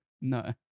No